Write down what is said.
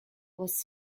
was